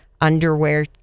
underwear